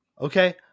Okay